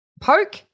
poke